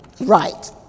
Right